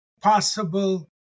possible